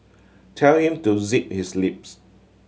tell him to zip his lips